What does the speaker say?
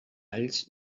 alls